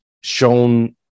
shown